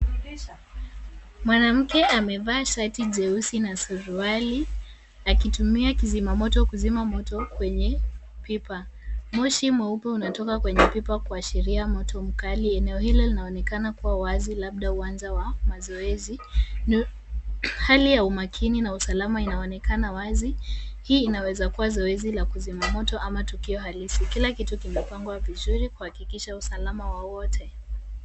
Mwanamke amevaa shati jeusi na suruali akitumia kizima moto kuzima kuzima moto kwenye pipa. Moshi mweupe unatoka kwenye pipa kuashiria moto mkali. Eneo hilo linaonekana kuwa wazi labda uwanja wa mazoezi. Hali ya umakini na usalama inaonekana wazi. Hii inaweza kuwa zoezi la kuzima moto ama tukio halisi. Kila kitu kimepangwa vizuri kuhakikisha usalama wa wote.